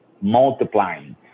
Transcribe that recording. multiplying